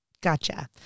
gotcha